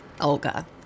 Olga